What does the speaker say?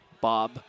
Bob